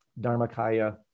dharmakaya